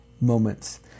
moments